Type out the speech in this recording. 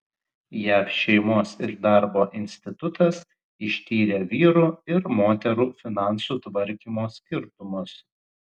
jav šeimos ir darbo institutas ištyrė vyrų ir moterų finansų tvarkymo skirtumus